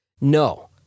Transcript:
No